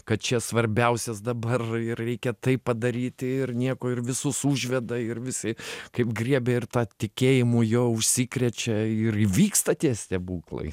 kad čia svarbiausias dabar ir reikia tai padaryti ir nieko ir visus užveda ir visi kaip griebė ir ta tikėjimu jo užsikrečia ir įvyksta tie stebuklai